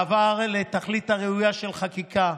פרטי ההסדר, מעבר לתכלית הראויה של החקיקה,